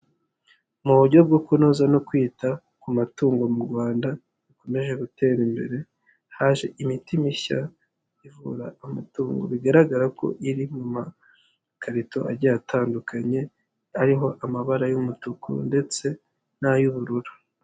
Mu buryo bwo kunoza no kwita ku matungo mu Rwanda bikomeje gutera imbere, haje imiti mishya ivura amatungo, bigaragara ko iri mu makarito ajya atandukanye ariho amabara y'umutuku ndetse n'ay'ubururu.